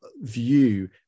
View